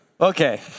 Okay